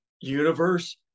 universe